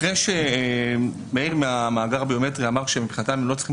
אחרי שמאיר מהמאגר הביומטרי אמר שמבחינתם הם לא צריכים